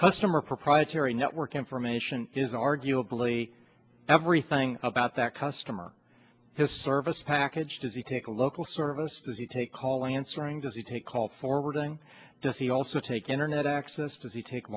customer proprietary network information is arguably everything about that customer his service package does he take a local service does he take call answering does he take call forwarding does he also take internet access does he take